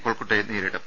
കൊൽക്കത്തയെ നേരിടും